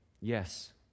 Yes